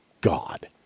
God